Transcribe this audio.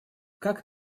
как